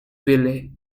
ville